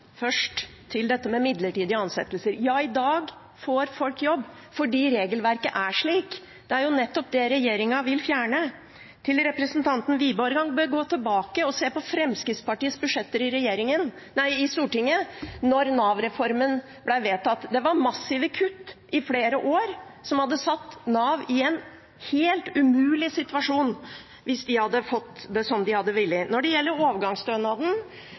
Først til dette med midlertidige ansettelser: I dag får folk jobb fordi regelverket er slik. Det er nettopp det regjeringen vil fjerne. Til representanten Wiborg: Han bør gå tilbake og se på Fremskrittspartiets forslag til budsjetter i Stortinget da Nav-reformen ble vedtatt. Det var massive kutt i flere år, noe som hadde satt Nav i en helt umulig situasjon hvis de hadde fått det som de ville. Når det gjelder overgangsstønaden,